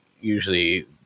usually